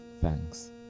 thanks